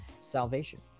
salvation